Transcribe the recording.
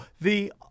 the-